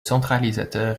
centralisateur